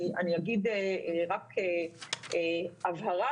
אני אומר רק הבהרה,